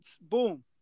boom